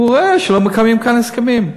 הוא רואה שלא מקיימים כאן הסכמים,